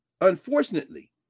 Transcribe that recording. unfortunately